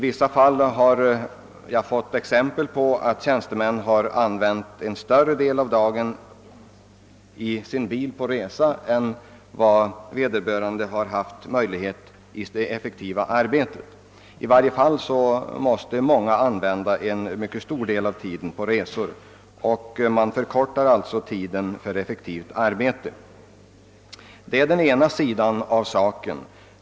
Jag har fått exempel på att en större del av dagen använts för resa och en mindre del för effektivt arbete. Och under alla förhållanden måste tjänstemännen i många fall använda en mycket stor del av sin arbetstid för resor, varigenom alltså tiden för effektivt arbete förkortas. Det är den ena sidan av saken.